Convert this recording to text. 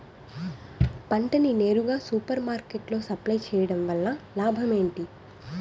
పంట ని నేరుగా సూపర్ మార్కెట్ లో సప్లై చేయటం వలన లాభం ఏంటి?